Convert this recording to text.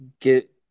get